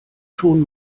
schon